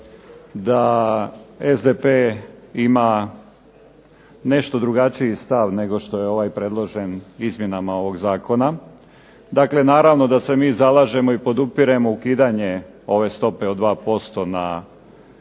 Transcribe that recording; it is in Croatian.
da SDP ima nešto drugačiji stav nego što je ovaj predložen izmjenama ovog zakona. Dakle, naravno da se mi zalažemo i podupiremo ukidanje ove stope od 2% na plaće,